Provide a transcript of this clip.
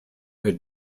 had